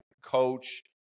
coach